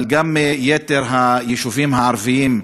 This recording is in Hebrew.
אבל גם יתר היישובים הערביים,